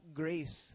grace